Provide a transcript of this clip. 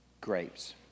grapes